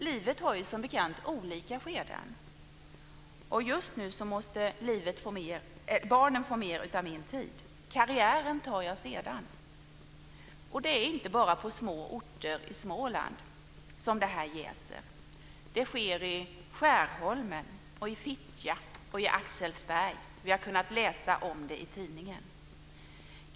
Livet har som bekant olika skeden. Just nu måste barnen få mer av min tid. Karriären tar jag sedan. Det är inte bara på små orter i Småland som det jäser. Det sker i Skärholmen, Fittja och Axelsberg. Vi har kunnat läsa om det i tidningen.